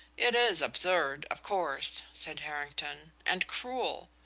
it is absurd, of course, said harrington, and cruel.